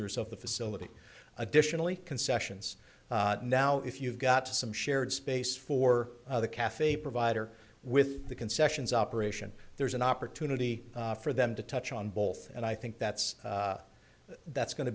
of the facility additionally concessions now if you've got to some shared space for the cafe provider with the concessions operation there's an opportunity for them to touch on both and i think that's that's go